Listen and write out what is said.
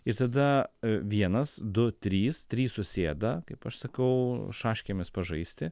ir tada vienas du trys trys susėda kaip aš sakau šaškėmis pažaisti